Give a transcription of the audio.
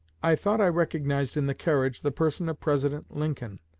i thought i recognized in the carriage the person of president lincoln.